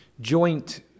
joint